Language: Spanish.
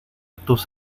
tus